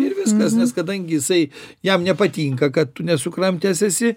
ir vskas nes kadangi jisai jam nepatinka kad tu nesukramtęs esi